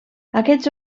aquests